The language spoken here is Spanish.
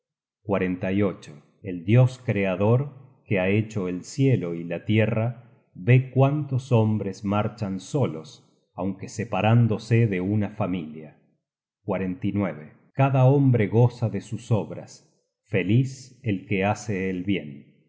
el dios creador que ha hecho el cielo y la tierra ve cuántos hombres marchan solos aunque separándose de una familia cada hombre goza de sus obras feliz el que hace el bien